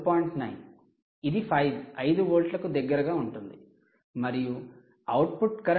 9 ఇది 5 వోల్ట్లకు దగ్గరగా ఉంటుంది మరియు అవుట్పుట్ కరెంట్ 49 మిల్లియాంపియర్స్